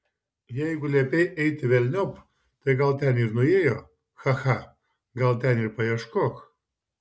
jeigu liepei eiti velniop tai gal ten ir nuėjo cha cha gal ten ir paieškok